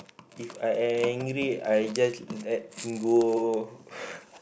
If I angry I just letting go